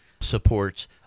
supports